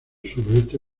suroeste